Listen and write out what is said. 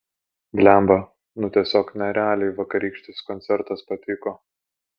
blemba nu tiesiog nerealiai vakarykštis koncertas patiko